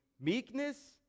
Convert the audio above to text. meekness